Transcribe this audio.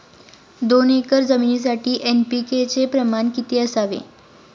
दोन एकर जमिनीसाठी एन.पी.के चे प्रमाण किती असावे?